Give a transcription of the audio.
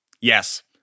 Yes